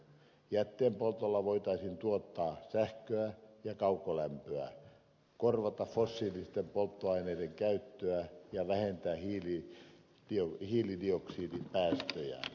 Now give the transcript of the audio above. jätteenpoltolla voitaisiin tuottaa sähköä ja kaukolämpöä korvata fossiilisten polttoaineiden käyttöä ja vähentää hiilidioksidipäästöjä